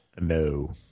No